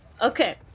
Okay